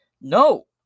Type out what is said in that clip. No